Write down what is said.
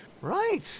Right